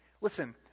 listen